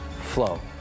flow